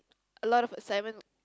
a lot of assignment